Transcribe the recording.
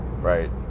right